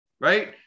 Right